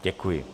Děkuji.